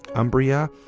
umbria,